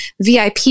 VIP